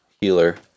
Healer